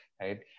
right